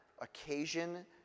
occasion